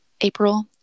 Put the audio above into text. April